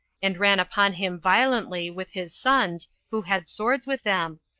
and ran upon him violently, with his sons, who had swords with them,